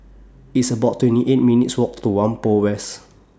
It's about twenty eight minutes' Walk to Whampoa West